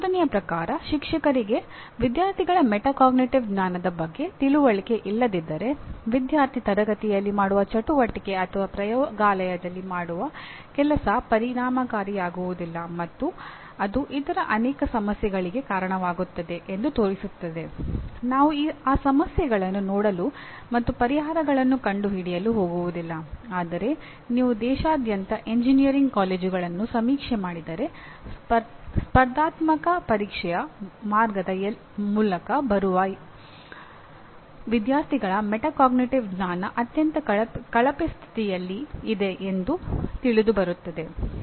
ನಮ್ಮ ಸಂಶೋಧನೆಯ ಪ್ರಕಾರ ಶಿಕ್ಷಕರಿಗೆ ವಿದ್ಯಾರ್ಥಿಗಳ ಮೆಟಾಕಾಗ್ನಿಟಿವ್ ಜ್ಞಾನ ಅತ್ಯಂತ ಕಳಪೆ ಸ್ಥಿತಿಯಲ್ಲಿ ಇದೆ ಎಂಬುದು ತಿಳಿದು ಬರುತ್ತದೆ